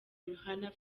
rihanna